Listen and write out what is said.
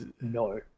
no